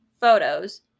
photos